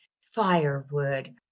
firewood